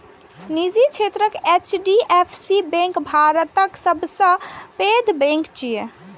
निजी क्षेत्रक HDFC bank भारतक सबसं पैघ बैंक छियै